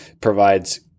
provides